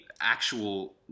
actual